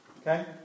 Okay